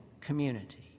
community